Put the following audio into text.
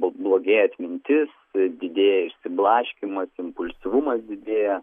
pablogėja atmintis didėja išsiblaškymas impulsyvumas didėja